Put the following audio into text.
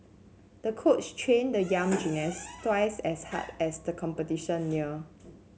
the coach trained the young gymnast twice as hard as the competition neared